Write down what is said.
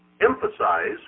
emphasize